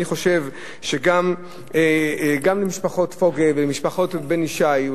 אני חושב שגם למשפחות פוגל ובן-ישי,